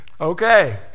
Okay